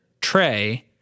tray